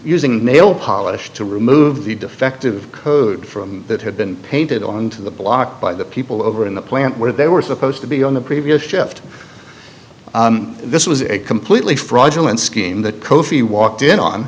using nail polish to remove the defective code from that had been painted on to the block by the people over in the plant where they were supposed to be on the previous shift this was a completely fraudulent scheme that kofi walked in on